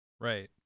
Right